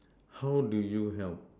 how do you help